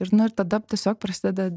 ir nu ir tada tiesiog prasideda